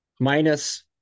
minus